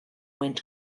went